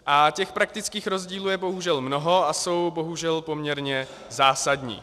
A těch praktických rozdílů je bohužel mnoho a jsou bohužel poměrně zásadní.